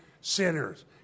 sinners